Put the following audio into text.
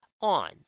on